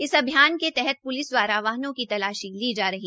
इसी अभियान के तहत प्लिस दवारा वाहनों की तलाशी ली जा रही